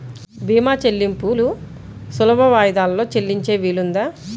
భీమా చెల్లింపులు సులభ వాయిదాలలో చెల్లించే వీలుందా?